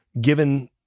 given